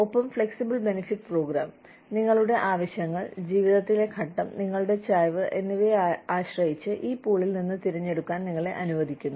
ഒപ്പം flexible benefit program നിങ്ങളുടെ ആവശ്യങ്ങൾ ജീവിതത്തിലെ ഘട്ടം നിങ്ങളുടെ ചായ്വ് എന്നിവയെ ആശ്രയിച്ച് ഈ പൂളിൽ നിന്ന് തിരഞ്ഞെടുക്കാൻ നിങ്ങളെ അനുവദിക്കുന്നു